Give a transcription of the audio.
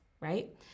right